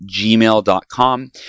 gmail.com